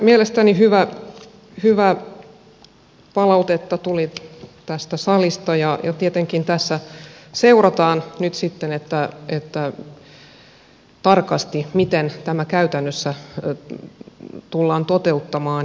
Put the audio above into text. mielestäni hyvää palautetta tuli tästä salista ja tietenkin tässä seurataan nyt sitten tarkasti miten tämä käytännössä tullaan toteuttamaan